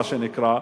מה שנקרא,